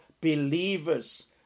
believers